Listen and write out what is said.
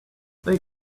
they